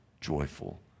joyful